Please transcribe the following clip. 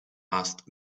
asked